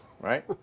right